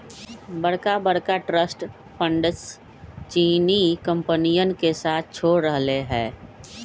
बड़का बड़का trust funds चीनी कंपनियन के साथ छोड़ रहले है